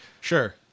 sure